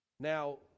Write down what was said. Now